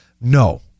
No